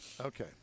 Okay